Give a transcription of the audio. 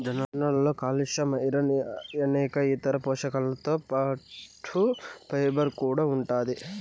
జొన్నలలో calcium, iron అనేక ఇతర పోషకాలతో పాటు ఫైబర్ కూడా ఉంటాది